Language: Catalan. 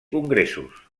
congressos